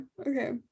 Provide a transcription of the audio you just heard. okay